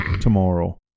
tomorrow